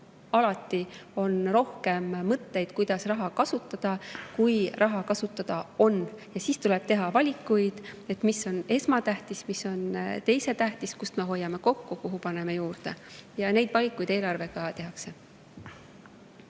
Alati on rohkem mõtteid, kuidas raha kasutada, kui raha kasutada on, ja siis tuleb teha valikuid, mis on esmatähtis, mis on teisetähtis, kust me hoiame kokku, kuhu paneme juurde. Neid valikuid eelarvega tehakse.